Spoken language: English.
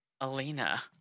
Alina